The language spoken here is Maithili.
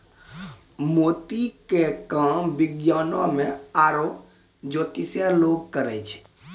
मोती के काम विज्ञानोॅ में आरो जोतिसें लोग करै छै